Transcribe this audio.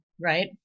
right